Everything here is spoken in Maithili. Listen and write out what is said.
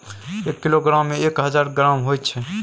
एक किलोग्राम में एक हजार ग्राम होय छै